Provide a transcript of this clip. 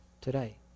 today